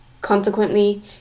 Consequently